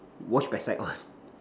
wash backside one